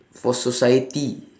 for society